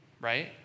Right